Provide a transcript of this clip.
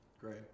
Great